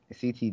CT